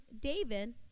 David